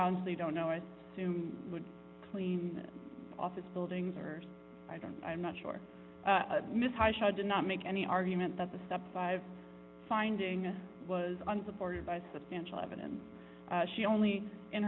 honestly don't know as soon would clean office buildings or i don't i'm not sure ms hotshot did not make any argument that the step five finding was unsupported by substantial evidence she only in